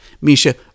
Misha